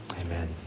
Amen